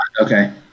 Okay